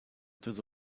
through